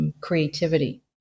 creativity